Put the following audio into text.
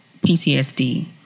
PTSD